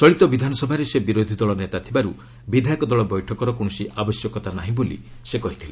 ଚଳିତ ବିଧାନସଭାରେ ସେ ବିରୋଧୀଦଳ ନେତା ଥିବାରୁ ବିଧାୟକ ଦଳ ବୈଠକର କୌଣସି ଆବଶ୍ୟକତା ନାହିଁ ବୋଲି ସେ କହିଥିଲେ